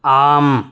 आम्